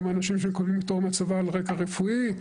אנשים שמקבלים פטור מהצבא על רקע רפואי.